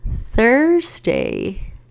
thursday